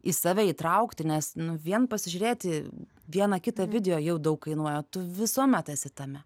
į save įtraukti nes vien pasižiūrėti vieną kitą video jau daug kainuoja tu visuomet esi tame